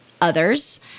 others